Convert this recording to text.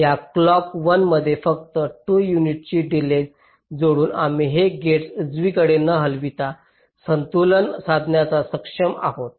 या क्लॉका 1 मध्ये फक्त 2 युनिटची डिलेज जोडून आम्ही हे गेट्स उजवीकडे न हलविता संतुलन साधण्यास सक्षम आहोत